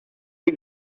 you